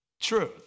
Truth